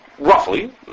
Roughly